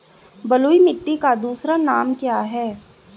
बलुई मिट्टी का दूसरा नाम क्या है?